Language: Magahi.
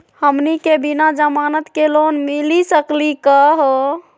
हमनी के बिना जमानत के लोन मिली सकली क हो?